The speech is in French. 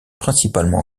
principalement